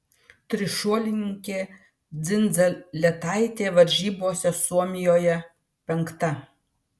trišuolininkė dzindzaletaitė varžybose suomijoje penkta